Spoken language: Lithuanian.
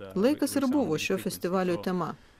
laikas ir buvio šio festivalio tema